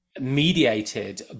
mediated